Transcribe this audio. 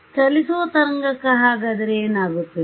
ಚಲಿಸುವ ತರಂಗಕ್ಕೆ ಏನಾಗುತ್ತದೆ